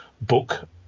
book